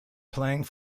playing